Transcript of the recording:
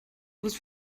was